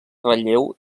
relleu